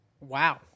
Wow